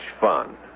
fun